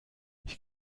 ich